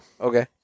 Okay